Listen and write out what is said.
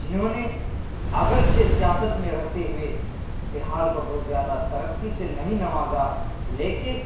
جنہوں نے اگرچہ سیاست میں رہتے ہوئے بہار کو بہت زیادہ ترقی سے نہیں نوازا لیکن